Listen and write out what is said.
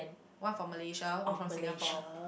one from malaysia one from Singapore